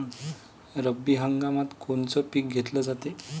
रब्बी हंगामात कोनचं पिक घेतलं जाते?